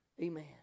Amen